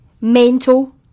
Mental